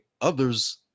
others